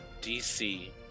DC